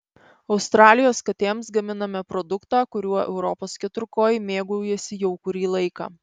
australijos katėms gaminame produktą kuriuo europos keturkojai mėgaujasi jau kurį laiką